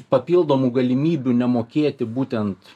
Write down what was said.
papildomų galimybių nemokėti būtent